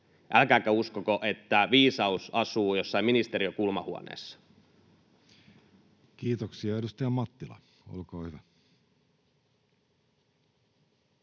älkääkä uskoko, että viisaus asuu jossain ministeriön kulmahuoneessa. Kiitoksia. — Edustaja Mattila, olkaa hyvä.